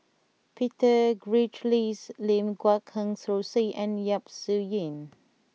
Peter Gilchrist Lim Guat Kheng Rosie and Yap Su Yin